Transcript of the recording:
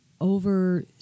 over